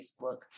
Facebook